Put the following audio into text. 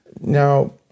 Now